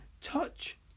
touch